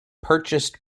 purchased